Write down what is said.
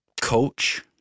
coach